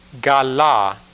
GALA